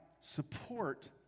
support